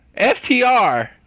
FTR